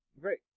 great